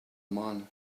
man